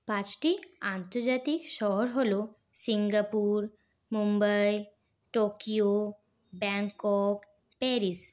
পাঁচটি আন্তর্জাতিক শহর হল Singapore Mumbai Tokyo Bangkok Paris